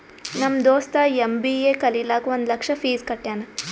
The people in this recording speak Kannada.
ನಮ್ ದೋಸ್ತ ಎಮ್.ಬಿ.ಎ ಕಲಿಲಾಕ್ ಒಂದ್ ಲಕ್ಷ ಫೀಸ್ ಕಟ್ಯಾನ್